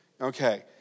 Okay